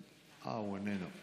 הוא איננו.